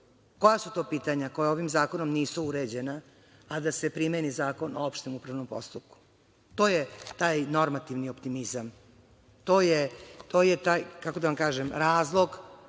Koja su to pitanja koja ovim zakonom nisu uređena a da se primeni Zakon o opštem upravnom postupku? To je taj normativni optimizam. To je taj razlog